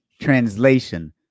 translation